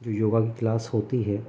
جو یوگا کی کلاس ہوتی ہے